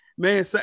Man